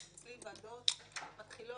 אצלי ועדות מתחילות,